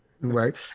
right